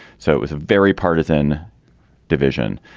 so it was a very partisan division.